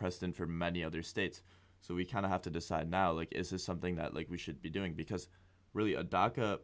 precedent for many other states so we kind of have to decide now like is this something that like we should be doing because really a dark a